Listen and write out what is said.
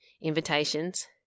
Invitations